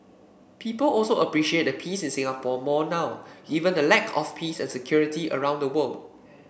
people also appreciate the peace in Singapore more now given the lack of peace and security around the world